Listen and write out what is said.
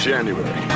January